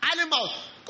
animals